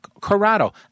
Corrado